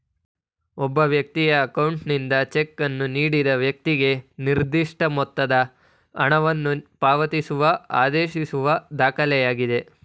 ಒಬ್ಬ ವ್ಯಕ್ತಿಯ ಅಕೌಂಟ್ನಿಂದ ಚೆಕ್ ಅನ್ನು ನೀಡಿದ ವೈಕ್ತಿಗೆ ನಿರ್ದಿಷ್ಟ ಮೊತ್ತದ ಹಣವನ್ನು ಪಾವತಿಸುವ ಆದೇಶಿಸುವ ದಾಖಲೆಯಾಗಿದೆ